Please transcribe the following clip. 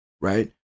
right